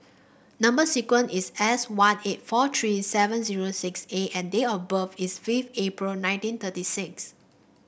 number sequence is S one eight four three seven zero six A and date of birth is fifth April nineteen thirty six